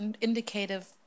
indicative